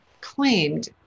claimed